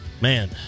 Man